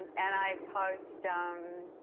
and i post um